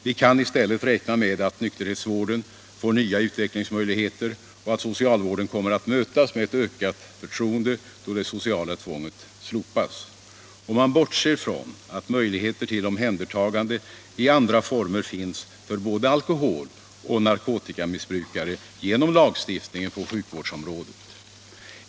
Vi kan i stället räkna med att nykterhetsvården får nya utvecklingsmöjligheter och att socialvården kommer att mötas av ett ökat förtroende då det sociala tvånget slopas. Och man bortser från att möjligheter till omhändertagande i andra former finns för både alkoholoch narkotikamissbrukare genom lagstiftningen på sjukvårdsområdet.